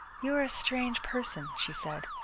you are a strange person, she said.